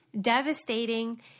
devastating